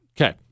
Okay